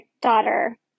daughter